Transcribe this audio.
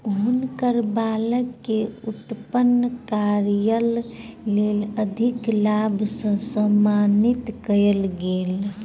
हुनकर बालक के उत्तम कार्यक लेल अधिलाभ से सम्मानित कयल गेल